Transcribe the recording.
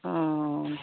অঁ